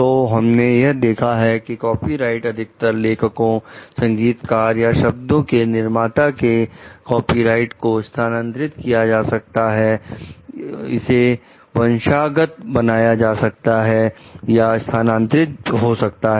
तो हमने यह देखा है कि कॉपीराइट अधिकतर लेखकों संगीतकार या शब्दों के निर्माता के कॉपीराइट को स्थानांतरित किया जा सकता है इसे वंशा गत बनाया जा सकता है या स्थानांतरित हो सकता है